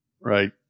Right